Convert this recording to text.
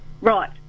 Right